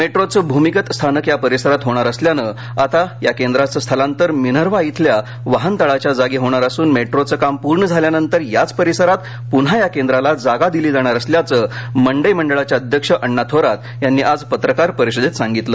मेट्रोचं भूमिगत स्थानक या परिसरात होणार असल्यानं आता या केंद्राचं स्थलांतर मिनव्हा शिल्या वाहनतळाच्या जागी होणार असून मेट्रोचं काम पूर्ण झाल्यानंतर याच परिसरात पुन्हा या केंद्राला जागा दिली जाणार असल्याचं मंडई मंडळाचे अध्यक्ष अण्णा थोरात यांनी आज पत्रकार परिषदेत सांगितलं